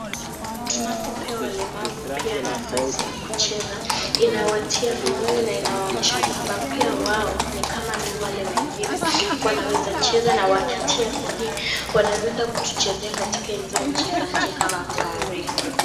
Tunapopea walemavu pia nafasi ya kucheza, inawatia moyo na inawaonyesha kwamba pia wao ni kama wale wengine wanaweza cheza na wakitia bidii wanaweza enda kutuchezea katika hizo nchi za nje kama Paris.